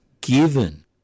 given